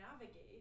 navigate